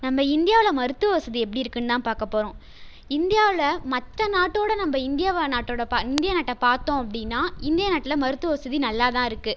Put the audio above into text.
நம்ம இந்தியாவில் மருத்துவ வசதி எப்படி இருக்குனு தான் பார்க்கப் போகிறோம் இந்தியாவில் மற்ற நாட்டோட நம்ம இந்தியா நாட்டோட பா இந்திய நாட்டை பார்த்தோம் அப்படின்னா இந்திய நாட்டுல மருத்துவ வசதி நல்லாதான் இருக்குது